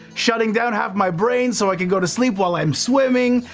shutting down half my brain so i can go to sleep while i'm swimming,